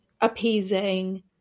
appeasing